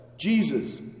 Jesus